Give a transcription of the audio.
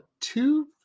two